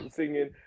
singing